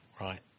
right